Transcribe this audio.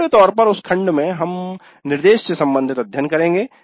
मोटे तौर पर उस खंड में हम निर्देश से संबंधित अध्ययन करेंगे